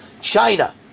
China